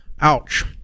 Ouch